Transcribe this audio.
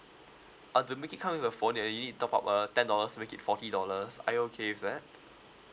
ah to make it come with a phone you'll need to top up uh ten dollars make it forty dollars are you okay with that